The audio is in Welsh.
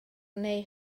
neu